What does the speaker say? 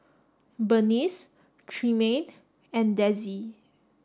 Bernice Tremaine and Dezzie